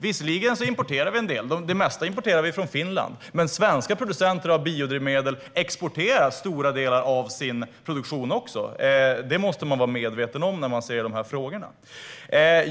Visserligen importerar vi en del - det mesta importerar vi från Finland - men svenska producenter av biodrivmedel exporterar också stora delar av sin produktion. Det måste man vara medveten om när man ser på de här frågorna.